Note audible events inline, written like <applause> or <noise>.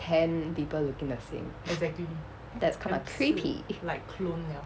ten people looking the same <noise> that's kinda creepy